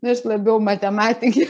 nu aš labiau matematikė